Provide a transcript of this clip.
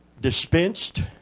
dispensed